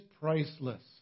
priceless